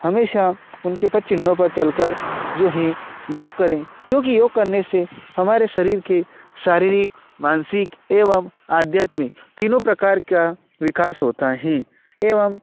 हमेशा उनके पद चिन्हों पर चल कर जो है योग करें क्योंकि योग करने से हमारे शरीर के शारीरिक मानसिक एवं आध्यात्मिक तीनों प्रकार का विकास होता है एवं